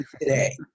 today